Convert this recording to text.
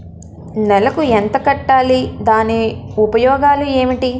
నెలకు ఎంత కట్టాలి? దాని ఉపయోగాలు ఏమిటి?